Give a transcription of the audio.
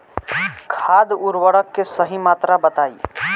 खाद उर्वरक के सही मात्रा बताई?